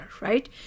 right